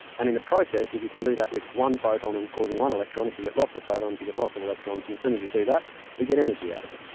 and in the process if you can do that with one photon and causing one electron, if you lots of photons you get lots of electrons, and soon as you do that we get energy out of it.